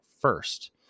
first